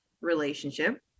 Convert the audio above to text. relationship